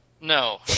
No